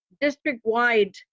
district-wide